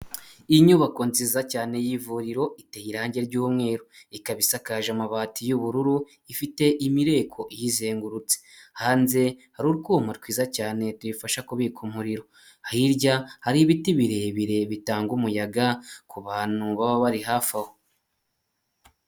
Inyubako nziza cyane y'ivuriro iteye irangi ry'umweru, ikaba isakaje amabati y'ubururu ifite imireko iyizengurutse, hanze hari utwuma twiza cyane tuyifasha kubika umuriro, hirya hari ibiti birebire bitanga umuyaga kubantu baba bari hafi aho.